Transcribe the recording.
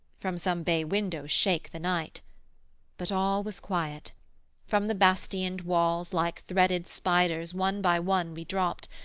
from some bay-window shake the night but all was quiet from the bastioned walls like threaded spiders, one by one, we dropt,